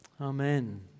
Amen